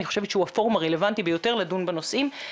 אני חושבת שהוא הפורום הרלוונטי ביותר לדון בנושאים.